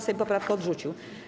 Sejm poprawkę odrzucił.